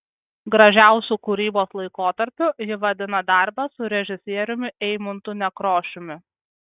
gražiausiu kūrybos laikotarpiu ji vadina darbą su režisieriumi eimuntu nekrošiumi